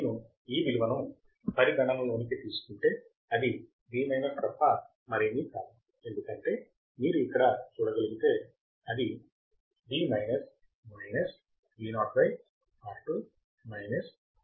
నేను ఈ విలువను పరిగణనలోకి తీసుకుంటే అది V తప్ప మరేమీ కాదు ఎందుకంటే మీరు ఇక్కడ చూడగలిగితే అది V Vo R2 Vo R2 అవుతుంది